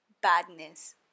badness